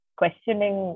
questioning